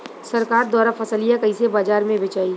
सरकार द्वारा फसलिया कईसे बाजार में बेचाई?